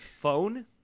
Phone